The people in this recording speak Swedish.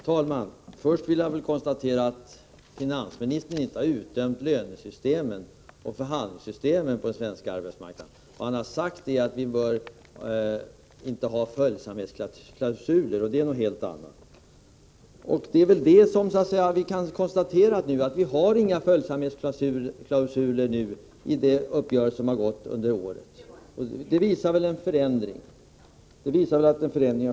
Herr talman! Först vill jag framhålla att finansministern inte har utdömt lönesystemen och förhandlingssystemen på den svenska arbetsmarknaden. Vad han har sagt är att det inte bör finnas följsamhetsklausuler, och det är något helt annat. Vi kan nu konstatera att det finns inga följsamhetsklausuler i de uppgörelser som träffats under året, och det visar väl att det har skett en förändring.